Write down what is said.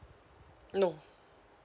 no